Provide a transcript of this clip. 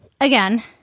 Again